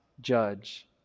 judge